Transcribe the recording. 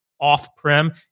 off-prem